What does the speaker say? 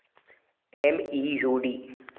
M E U D